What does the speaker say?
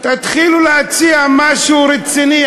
תתחילו להציע משהו רציני,